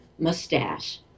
Mustache